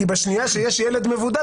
כי בשנייה שיש ילד מבודד,